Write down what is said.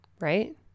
Right